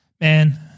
Man